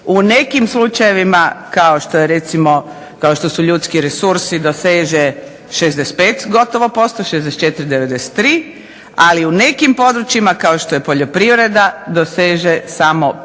U nekim slučajevima kao što su ljudski resursi doseže 65%, 64,93 ali u nekim područjima kao što je poljoprivreda doseže 5,9,